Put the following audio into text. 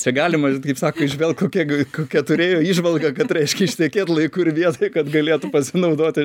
čia galima kaip sako įžvelgt kokie kokią turėjo įžvalgą kad reiškia ištekėt laiku ir vietoj kad galėtų pasinaudoti